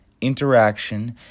interaction